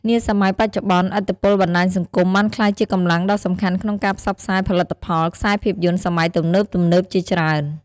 នាសម័យបច្ចុប្បន្នឥទ្ធិពលបណ្តាញសង្គមបានក្លាយជាកម្លាំងដ៏សំខាន់ក្នុងការផ្សព្វផ្សាយផលិតផល ខ្សែរភាពយន្តសម័យទំនើបៗជាច្រើន ។